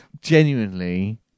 genuinely